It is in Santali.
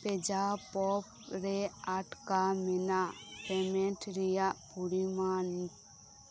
ᱯᱮᱡᱟᱯᱚᱯ ᱨᱮ ᱟᱴᱠᱟ ᱢᱮᱱᱟᱜ ᱯᱮᱢᱮᱱᱴ ᱨᱮᱭᱟᱜ ᱯᱚᱨᱤᱢᱟᱱ